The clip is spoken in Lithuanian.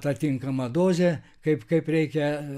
ta tinkama dozė kaip kaip reikia